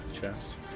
chest